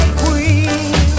queen